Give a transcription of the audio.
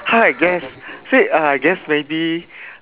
how I guess say I guess maybe